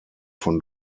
von